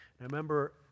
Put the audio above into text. remember